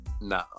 No